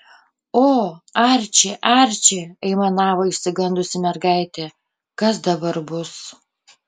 o arči arči aimanavo išsigandusi mergaitė kas dabar bus